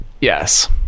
Yes